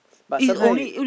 but sometime you